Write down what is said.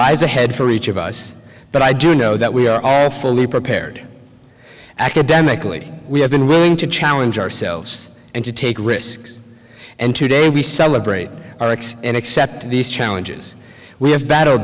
lies ahead for each of us but i do know that we are fully prepared academically we have been willing to challenge ourselves and to take risks and today we celebrate our acts and accept these challenges we have battle